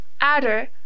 Adder